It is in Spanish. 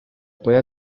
puede